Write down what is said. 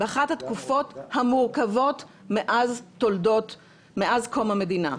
באחת התקופות המורכבות מאז קום המדינה.